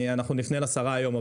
אנחנו נפנה לשרה היום.